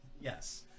Yes